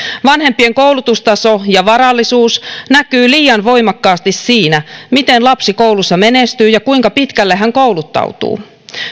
vanhempien koulutustaso ja varallisuus näkyvät liian voimakkaasti siinä miten lapsi koulussa menestyy ja kuinka pitkälle hän kouluttautuu